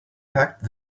packed